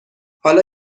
حالا